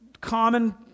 common